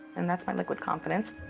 and that's my liquid confidence.